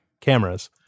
cameras